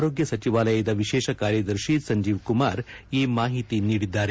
ಆರೋಗ್ಟ ಸಚಿವಾಲಯದ ವಿಶೇಷ ಕಾರ್ಯದರ್ಶಿ ಸಂಜೀವಕುಮಾರ್ ಈ ಮಾಹಿತಿ ನೀಡಿದ್ದಾರೆ